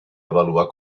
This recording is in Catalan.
avaluar